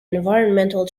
environmental